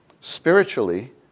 spiritually